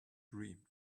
dream